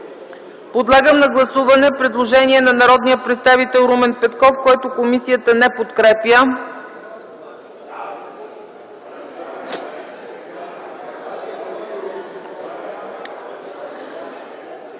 Подлагам на гласуване предложението на народния представител Михаил Миков, което комисията не подкрепя.